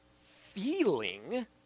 feeling